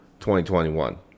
2021